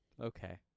Okay